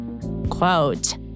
quote